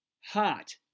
hot